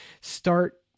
start